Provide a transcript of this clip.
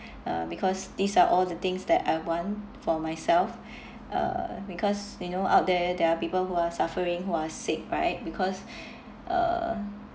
uh because these are all the things that I want for myself uh because you know out there there are people who are suffering who are sick right because uh